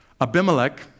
Abimelech